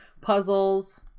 puzzles